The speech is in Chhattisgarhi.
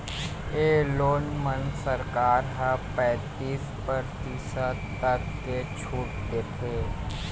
ए लोन म सरकार ह पैतीस परतिसत तक के छूट देथे